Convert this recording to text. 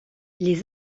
les